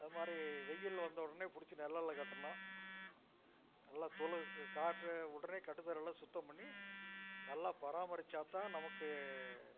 அது மாதிரி வெயில் வந்த உடனே பிடிச்சி நெழல்ல கட்டணும் நல்லா தொழுவுக்கு காற்று உடனே கட்டு தரை எல்லாம் சுத்தம் பண்ணி நல்லா பராமரித்தாத் தான் நமக்கு